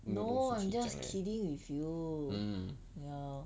no I'm just kidding with you ya